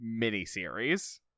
miniseries